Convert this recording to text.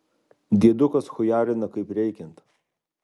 diedukas chujarina kaip reikiant